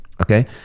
Okay